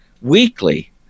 weekly